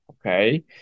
Okay